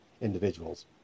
individuals